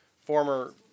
former